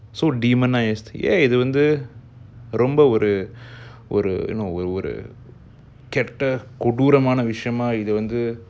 so demonized um இதுவந்துரொம்பஒருஒருஒருகேட்டகொடூரமானவிஷயமாஇதுவந்து:idhu vandhu romba oru oru oru keta koduramana vishayama idhu vandhu